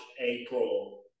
April